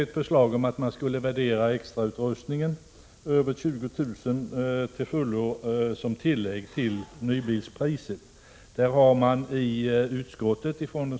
beaktas på så sätt att det överskjutande beloppet läggs till nybilspriset.